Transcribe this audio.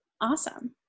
Awesome